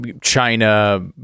China